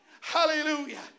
Hallelujah